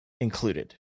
included